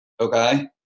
okay